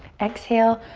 exhale,